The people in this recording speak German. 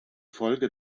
folge